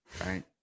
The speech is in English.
right